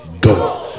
go